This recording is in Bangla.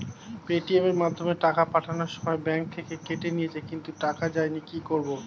পেটিএম এর মাধ্যমে টাকা পাঠানোর সময় ব্যাংক থেকে কেটে নিয়েছে কিন্তু টাকা যায়নি কি করব?